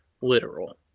literal